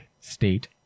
State